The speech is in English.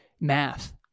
math